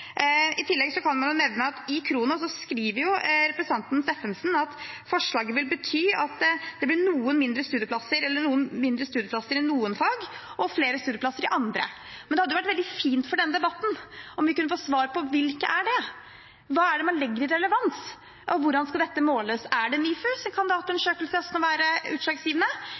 I tillegg kan man nevne at representanten Steffensen skriver i Khrono at forslaget vil bety noe færre studieplasser i noen fag og flere studieplasser i andre. Det hadde vært veldig fint for denne debatten om vi kunne få svar på hvilke det er. Hva er det man legger i relevans? Og hvordan skal dette måles? Er det NIFUs kandidatundersøkelse som skal være utslagsgivende?